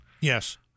yes